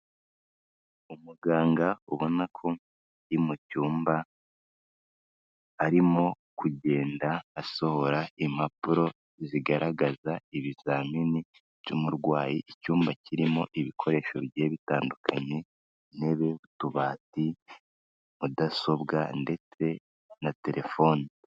Umuganga ubona ko ari mu cyumba arimo kugenda asohora impapuro zigaragaza ibizamini by'umurwayi, icyumba kirimo ibikoresho bigiye bitandukanye intebe, utubati, mudasobwa ndetse na telefone.